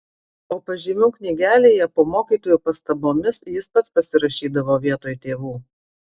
o pažymių knygelėje po mokytojų pastabomis jis pats pasirašydavo vietoj tėvų